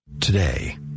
Today